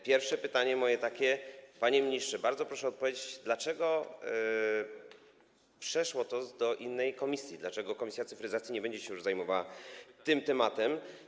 Pierwsze pytanie moje jest takie, panie ministrze, bardzo proszę odpowiedzieć: Dlaczego przeszło to do innej komisji, dlaczego komisja cyfryzacji nie będzie się już zajmowała tym tematem?